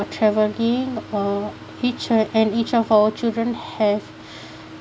for travelling uh each uh and each of our children have